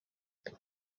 indi